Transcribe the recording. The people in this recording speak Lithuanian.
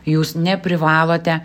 jūs neprivalote